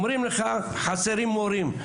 אומרים חסרים מורים.